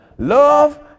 Love